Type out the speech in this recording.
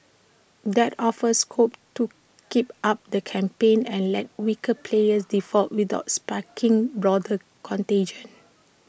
that offers scope to keep up the campaign and let weaker players default without sparking broader contagion